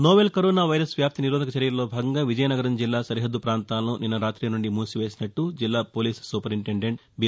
novel corona virus వ్యాప్తి నిరోధక చర్యల్లో భాగంగా విజయనగరం జిల్లా సరిహద్దు పాంతాలను నిన్న రాతి నుండి మూసివేసినట్లు జిల్లా పోలీస్ సూపరింటెందెంట్ బీ